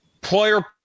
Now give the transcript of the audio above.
player